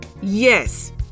yes